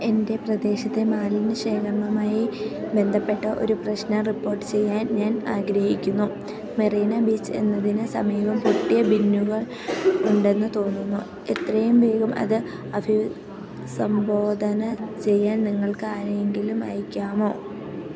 എൻ്റെ പ്രദേശത്തെ മാലിന്യ ശേഖരണവുമായി ബന്ധപ്പെട്ട ഒരു പ്രശ്നം റിപ്പോർട്ട് ചെയ്യാൻ ഞാൻ ആഗ്രഹിക്കുന്നു മെറീന ബീച്ച് എന്നതിന് സമീപം പൊട്ടിയ ബിന്നുകൾ ഉണ്ടെന്ന് തോന്നുന്നു എത്രയും വേഗം അത് അഭിസംബോധന ചെയ്യാൻ നിങ്ങൾക്ക് ആരെയെങ്കിലും അയക്കാമോ